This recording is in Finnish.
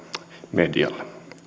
medialle